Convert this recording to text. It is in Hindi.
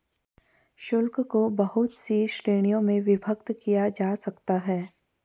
शुल्क को बहुत सी श्रीणियों में विभक्त किया जा सकता है